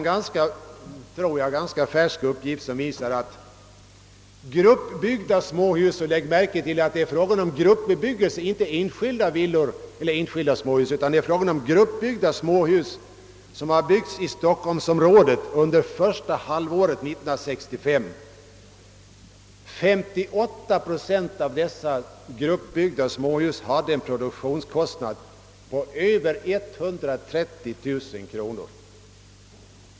En färsk uppgift ger vid handen att 58 procent av gruppbyggda småhus — lägg märke till att det är fråga om gruppbebyggelse och inte om separat uppförda småhus — som uppförts i stockholmsområdet under första haälvåret 1965 har dragit en produktionskostnad av över 130 000 kronor.